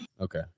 Okay